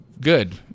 good